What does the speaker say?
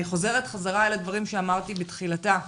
חוזרת חזרה אל הדברים שאמרתי בתחילתה.